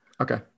Okay